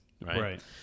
right